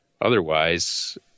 otherwise